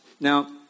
Now